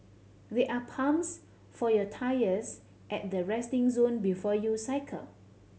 there are pumps for your tyres at the resting zone before you cycle